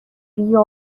بیا